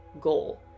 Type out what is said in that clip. goal